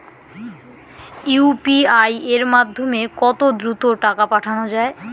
UPI এর মাধ্যমে কত দ্রুত টাকা পাঠানো যায়?